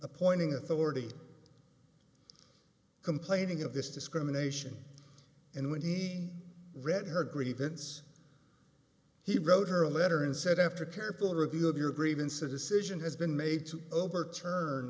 appointing authority complaining of this discrimination and when he read her grievance he wrote her a letter and said after a careful review of your grievance a decision has been made to overturn